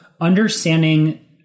understanding